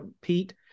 Pete